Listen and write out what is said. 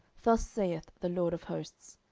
thus saith the lord of hosts,